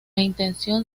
intención